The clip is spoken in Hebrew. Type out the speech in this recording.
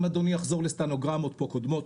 אם אדוני יחזור לסטנוגרמות פה קודמות,